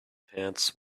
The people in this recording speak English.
pants